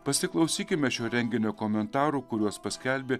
pasiklausykime šio renginio komentarų kuriuos paskelbė